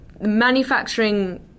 Manufacturing